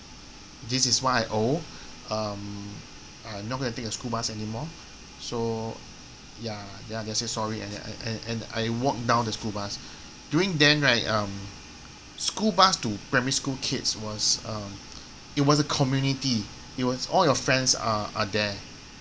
this is what I owe um I'm not gonna take a school bus anymore so ya then I just say sorry and and and and I walk down the school bus during then right um school bus to primary school kids was uh it was a community it was all your friends are are there